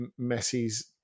Messi's